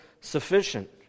sufficient